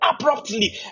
abruptly